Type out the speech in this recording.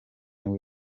nibwo